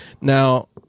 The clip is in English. now